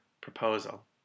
proposal